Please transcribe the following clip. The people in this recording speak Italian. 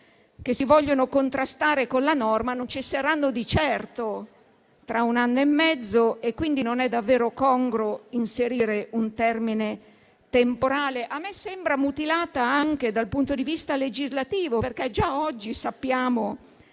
che si vogliono contrastare con la norma (pensiamo alla siccità) non cesseranno di certo tra un anno e mezzo; quindi non è davvero congruo inserire un termine temporale. A me sembra mutilata anche dal punto di vista legislativo, perché già oggi sappiamo